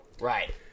right